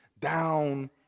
down